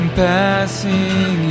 passing